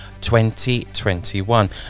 2021